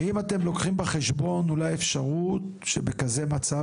האם אתם לוקחים בחשבון אולי אפשרות שבכזה מצב